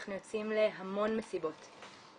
אנחנו יוצאים להמון מסיבות.